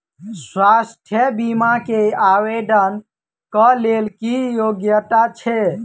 स्वास्थ्य बीमा केँ आवेदन कऽ लेल की योग्यता छै?